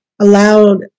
allowed